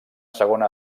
segona